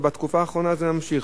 ובתקופה האחרונה זה נמשך,